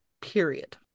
period